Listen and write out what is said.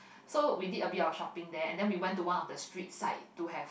so we did a bit of shopping there and then we went to one of the streets side to have